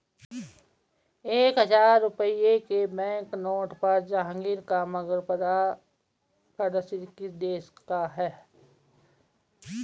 एक हजार रुपये के बैंकनोट पर जहांगीर का मकबरा प्रदर्शित किस देश का है?